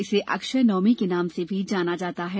इसे अक्षय नवमी के नाम से भी जाना जाता है